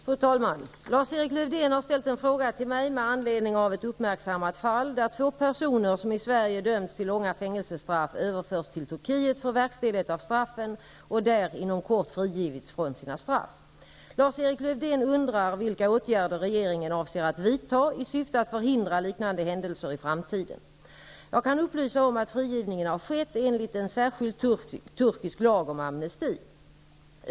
Fru talman! Lars-Erik Lövdén har ställt en fråga till mig med anledning av ett uppmärksammat fall där två personer, som i Sverige dömts till långa fängelsestraff, överförts till Turkiet för verkställighet av straffen och där inom kort frigivits. Lars-Erik Lövdén undrar vilka åtgärder regeringen avser att vidta i syfte att förhindra liknande händelser i framtiden. Jag kan upplysa om att frigivningen har skett enligt en särskild turkisk lag om amnesti.